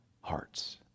hearts